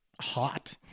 hot